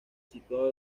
situado